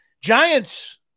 Giants